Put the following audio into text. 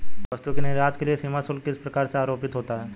वस्तु के निर्यात के लिए सीमा शुल्क किस प्रकार से आरोपित होता है?